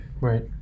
Right